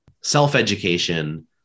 self-education